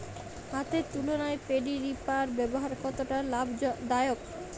হাতের তুলনায় paddy reaper ব্যবহার কতটা লাভদায়ক?